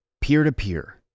Peer-to-peer